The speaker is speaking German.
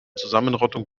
zusammenrottung